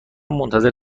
منتظر